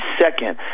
second